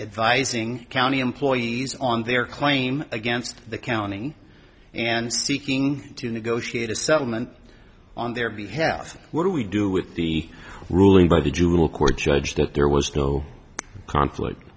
advising county employees on their claim against the county and seeking to negotiate a settlement on their behalf what do we do with the ruling by the juvenile court judge that there was no conflict